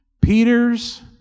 Peter's